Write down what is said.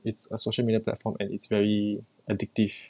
it's a social media platform and it's very addictive